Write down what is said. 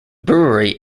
brewery